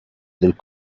del